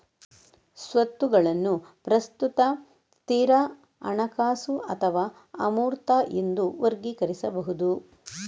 ಸ್ವತ್ತುಗಳನ್ನು ಪ್ರಸ್ತುತ, ಸ್ಥಿರ, ಹಣಕಾಸು ಅಥವಾ ಅಮೂರ್ತ ಎಂದು ವರ್ಗೀಕರಿಸಬಹುದು